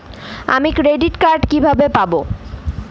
আমি credit card কিভাবে পাবো?